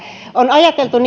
on ajateltu niin että me